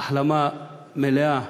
החלמה מלאה